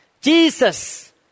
Jesus